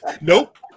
Nope